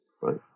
right